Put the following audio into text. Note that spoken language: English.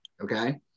okay